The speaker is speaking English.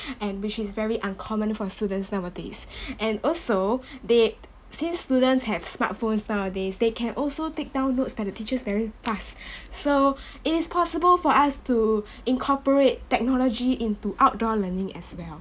and which is very uncommon for a students nowadays and also they since students have smart phones nowadays they can also take down notes by the teachers very fast so it is possible for us to incorporate technology into outdoor learning as well